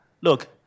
look